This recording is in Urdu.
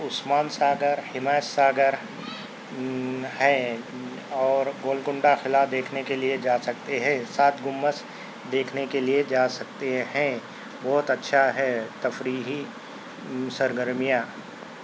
عثمان ساگر حمایت ساگر ہیں اور گولکنڈہ قلعہ دیکھنے کے لیے جا سکتے ہیں سات گنبد دیکھنے کے لیے جا سکتے ہیں بہت اچھا ہے تفریحی سرگرمیاں